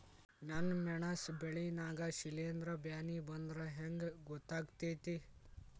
ನನ್ ಮೆಣಸ್ ಬೆಳಿ ನಾಗ ಶಿಲೇಂಧ್ರ ಬ್ಯಾನಿ ಬಂದ್ರ ಹೆಂಗ್ ಗೋತಾಗ್ತೆತಿ?